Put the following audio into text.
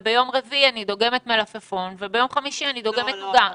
ביום רביעי אני דוגמת מלפפון וביום חמישי אני דוגמת עוגה?